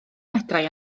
medrai